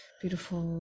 beautiful